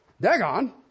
Dagon